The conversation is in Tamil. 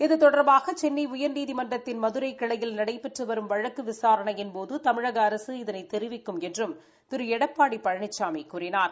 இது தொடர்பாக சென்னை உயர்நீதிமன்றத்தின் மதுரை கிளையில் நடைபெற்று வரும் வழக்கு விசாணையின்போது தமிழக அரசு இதனை தெிவிக்கும் என்றும் திரு எடப்பாடி பழனிசாமி கூறினார்